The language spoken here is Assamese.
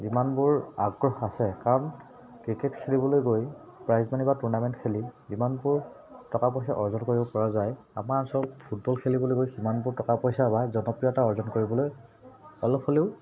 যিমানবোৰ আগ্ৰহ আছে কাৰণ ক্ৰিকেট খেলিবলৈ গৈ প্ৰাইজ মানি বা টুৰ্ণামেণ্ট খেলি যিমানবোৰ টকা পইচা অৰ্জন কৰিব পৰা যায় আমাৰ অঞ্চলত ফুটবল খেলিবলৈ গৈ সিমানবোৰ টকা পইচা বা জনপ্ৰিয়তা অৰ্জন কৰিবলৈ অলপ হ'লেও